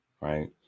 right